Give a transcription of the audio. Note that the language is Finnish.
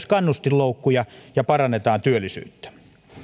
kannustinloukkuja ja parannetaan työllisyyttä